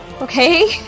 Okay